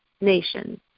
nations